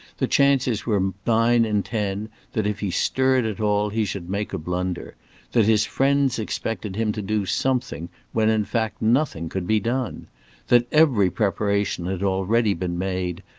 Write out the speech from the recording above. the chances were nine in ten that if he stirred at all he should make a blunder that his friends expected him to do something when, in fact, nothing could be done that every preparation had already been made,